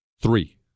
three